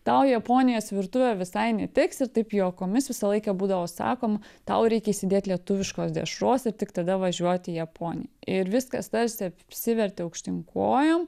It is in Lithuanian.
tau japonijos virtuvė visai netiks ir taip juokomis visą laiką būdavo sakoma tau reikia įsidėt lietuviškos dešros ir tik tada važiuot į japoniją ir viskas tarsi apsivertė aukštyn kojom